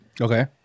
Okay